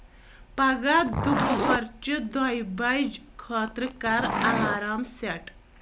پگہہ دُپہرچِہ دۄیِہ بج خٲطرٕ کر الارام سیٹ